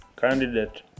candidate